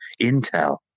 Intel